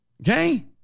Okay